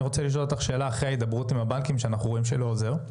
אחרי ההידברות עם הבנקים שלא עוזרת,